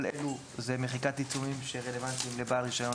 כל אלה זאת מחיקת עיצומים שרלוונטיים לבעל רישיון